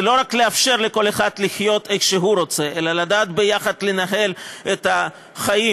ולא רק לאפשר לכל אחד לחיות איך שהוא רוצה אלא לדעת ביחד לנהל את החיים